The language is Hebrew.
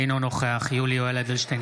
אינו נוכח יולי יואל אדלשטיין,